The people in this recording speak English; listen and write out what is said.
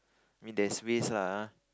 means there's ways lah ah